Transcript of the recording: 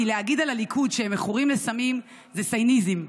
כי להגיד על הליכוד שהם מכורים לסמים זה סייניזם,